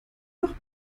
noch